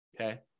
Okay